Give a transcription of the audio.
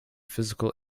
physical